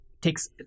takes